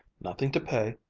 nothing to pay.